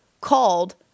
called